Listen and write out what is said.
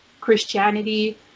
christianity